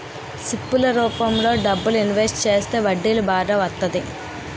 SIP ల రూపంలో డబ్బులు ఇన్వెస్ట్ చేస్తే వడ్డీ బాగా వత్తంది